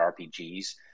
RPGs